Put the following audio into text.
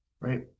right